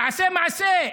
תעשה מעשה.